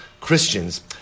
Christians